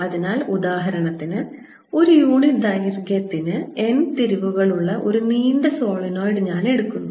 അതിനാൽ ഉദാഹരണത്തിന് ഒരു യൂണിറ്റ് ദൈർഘ്യത്തിന് n തിരിവുകളുള്ള ഒരു നീണ്ട സോളിനോയിഡ് ഞാൻ എടുക്കുന്നു